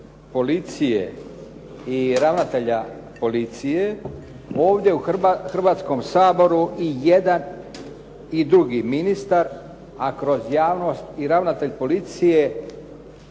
policije i ravnatelja policije, ovdje u Hrvatskom saboru i jedan i drugi ministar, a kroz javnost i ravnatelj policije